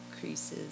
creases